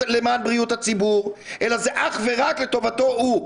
בריאות הציבור אלא זה אך ורק לטובתו הוא.